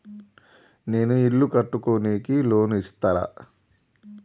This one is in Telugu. నేను ఇల్లు కట్టుకోనికి లోన్ ఇస్తరా?